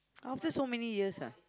after so many years ah